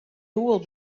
doel